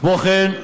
כמו כן,